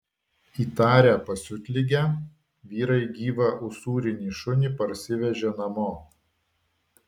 įtarę pasiutligę vyrai gyvą usūrinį šunį parsivežė namo